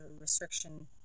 restriction